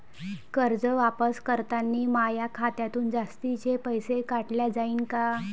कर्ज वापस करतांनी माया खात्यातून जास्तीचे पैसे काटल्या जाईन का?